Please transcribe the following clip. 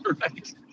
Right